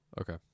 Okay